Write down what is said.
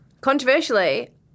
Controversially